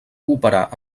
cooperar